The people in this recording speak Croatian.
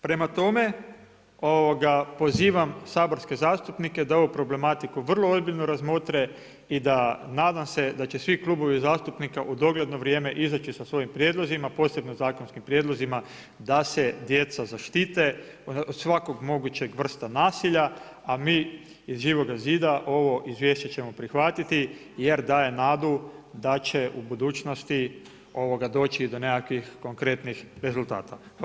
Prema tome, pozivam saborske zastupnike da ovu problematiku vrlo ozbiljno razmotre i da nadam se da će svi klubovi zastupnika u dogledno vrijeme izaći sa svojim prijedlozima posebno zakonskim prijedlozima da se djeca zaštite od svakog mogućeg vrsta nasilja, a mi iz Živoga zida ovo izvješće ćemo prihvatiti jer daje nadu da će u budućnosti doći do nekakvih konkretnih rezultata.